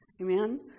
Amen